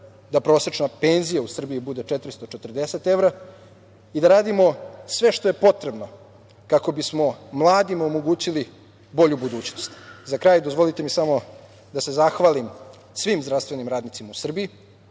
da prosečna penzija u Srbiji bude 440 evra i da radimo sve što je potrebno kako bismo mladima omogućili bolju budućnost.Za kraj, dozvolite mi samo da se zahvalim svim zdravstvenim radnicima u Srbiji,